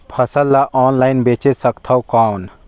फसल ला ऑनलाइन बेचे सकथव कौन?